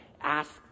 ask